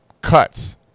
Cuts